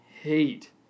hate